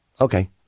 Okay